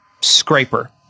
scraper